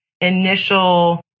initial